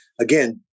again